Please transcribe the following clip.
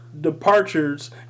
departures